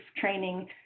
training